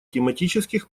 тематических